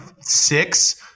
six